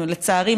לצערי,